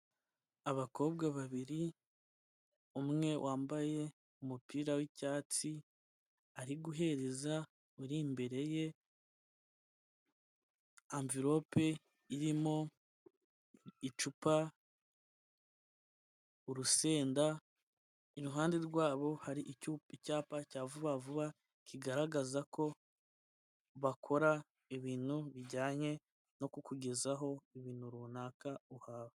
Abakobwa babiri umwe wambaye umupira w'icyatsi ari guhereza uri imbere ye amverope irimo icupa, urusenda, iruhande rwabo hari icyupa cyapa cya vuba vuba, kigaragaza ko bakora ibintu bijyanye no kukugezaho ibintu runaka uhawe.